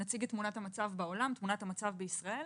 נציג את תמונת המצב בעולם ותמונת המצב בישראל,